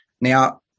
Now